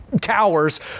towers